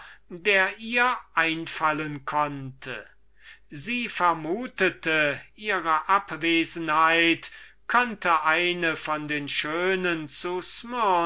der ihr einfallen konnte sie vermutete ihre abwesenheit könnte eine von den schönen zu smyrna